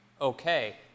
okay